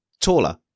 taller